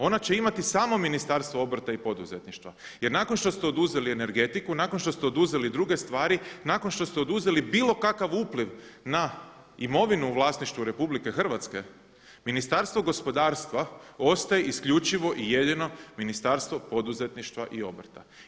Ona će imati samo Ministarstvo obrta i poduzetništva, jer nakon što ste oduzeli energetiku, nakon što ste oduzeli i druge stvari, nakon što ste oduzeli bilo kakav upliv na imovinu u vlasništvu RH, Ministarstvo gospodarstva ostaje isključivo i jedino Ministarstvo poduzetništva i obrta.